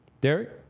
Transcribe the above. Derek